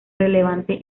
relevante